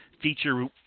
feature